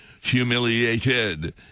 humiliated